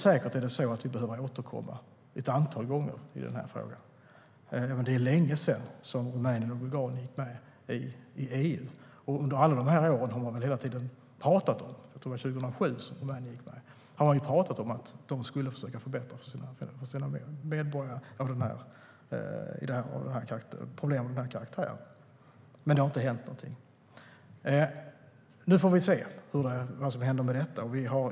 Säkert är det så att vi behöver återkomma ett antal gånger i den här frågan. Det är länge sedan som Rumänien och Bulgarien gick med i EU - jag tror att det var 2007 - och under alla år har de hela tiden pratat om att försöka förbättra situationen för sina medborgare som har problem av den här karaktären, men det har inte hänt någonting. Nu får vi se vad som händer med detta.